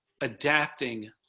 adapting